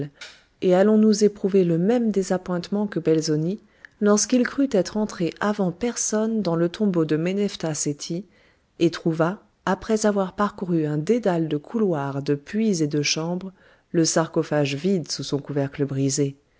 et allons-nous éprouver le même désappointement que belzoni lorsqu'il crut être entré avant personne dans le tombeau de menephtha seti et trouva après avoir parcouru un dédale de couloirs de puits et de chambres le sarcophage vide sous son couvercle brisé